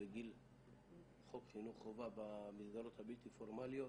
בגיל חוק חינוך חובה במסגרות הבלתי פורמליות,